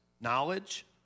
knowledge